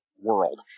world